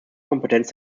kompetenz